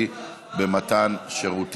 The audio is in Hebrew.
נתקבלה.